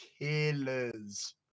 killers